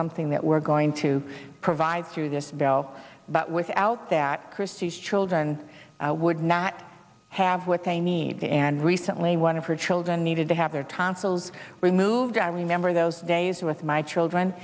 something that we're going to provide through this bill but without that chris's children would not have what they need and recently one of her children needed to have their tonsils removed i remember those days with my children